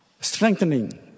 strengthening